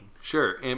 Sure